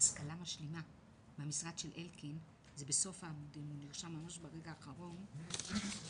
הדו"ח שלנו במקום מסוים ולא מתוך כדור ברגל מציג הסטוריה.